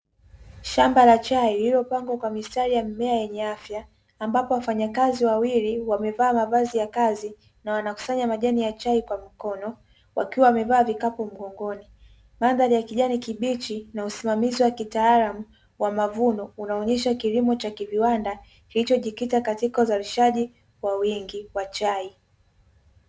Shamba la chai lililopangwa kwa mistari ya mimea yenye afya ambapo wafanyakazi wawili wamevaa mavazi ya kazi na wanakusanya majani ya chai kwa mkono wakiwa wamevaa vikapu mgongoni, mandhari ya kijani kibichi na usimamizi wa kitaalamu wa mavuno unaonesha kilimo cha kiviwanda kilichojikita kwa uzalishaji kwa wingi wa chai.